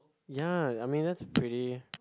ya I mean that's pretty